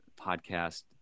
podcast